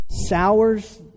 sours